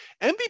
mvp